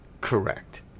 correct